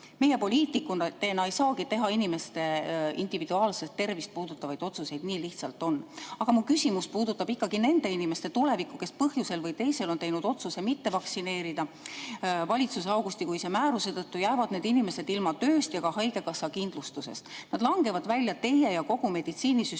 Meie poliitikutena ei saagi teha inimeste individuaalset tervist puudutavaid otsuseid. Nii lihtsalt on. Aga mu küsimus puudutab ikkagi nende inimeste tulevikku, kes põhjusel või teisel on teinud otsuse mitte vaktsineerida. Valitsuse augustikuise määruse tõttu jäävad need inimesed ilma tööst ja ka haigekassakindlustusest. Nad langevad välja teie ja kogu meditsiinisüsteemi